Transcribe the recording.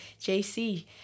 JC